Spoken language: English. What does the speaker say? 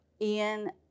Ian